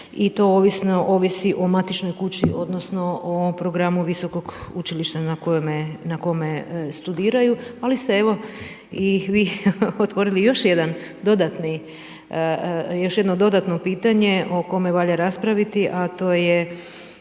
i to ovisi o matičnoj kući odnosno o ovom programu visokog učilišta na kome studiraju. Ali ste evo i vi otvorili još jedan dodatni, još jedno dodatno pitanje o kome valja raspraviti a to je